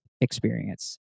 experience